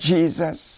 Jesus